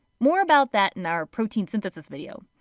more about that in our protein synthesis video.